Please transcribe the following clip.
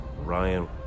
Ryan